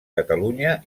catalunya